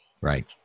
right